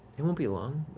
it won't be long,